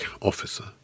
officer